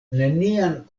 nenian